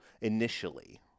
initially